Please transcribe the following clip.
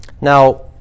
Now